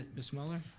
miss muller.